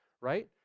right